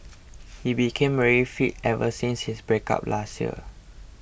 he became very fit ever since his breakup last year